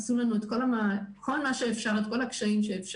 עשו לנו את כל מה שאפשר, את כל הקשיים שאפשר.